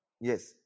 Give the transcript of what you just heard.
Yes